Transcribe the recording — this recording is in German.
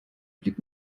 blieb